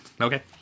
Okay